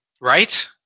Right